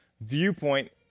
viewpoint